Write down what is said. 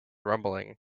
rumbling